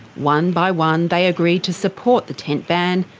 one by one, they agreed to support the tent ban,